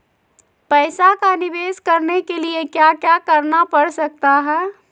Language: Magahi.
पैसा का निवेस करने के लिए क्या क्या करना पड़ सकता है?